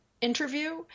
interview